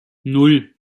nan